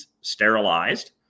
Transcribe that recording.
sterilized